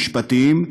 משפטיים,